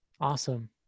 Awesome